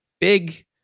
big